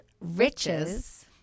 riches